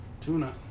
Tuna